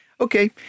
Okay